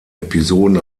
episoden